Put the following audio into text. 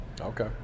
Okay